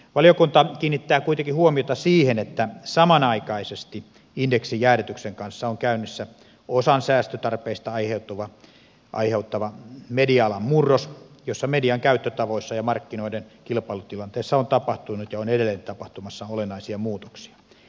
valiokunta kiinnittää kuitenkin huomiota siihen että samanaikaisesti indeksijäädytyksen kanssa on käynnissä osan säästötarpeista aiheuttava media alan murros jossa median käyttötavoissa ja markkinoiden kilpailutilanteessa on tapahtunut ja on edelleen tapahtumassa olennaisia muutoksia